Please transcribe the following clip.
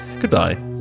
Goodbye